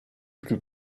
plus